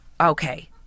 Okay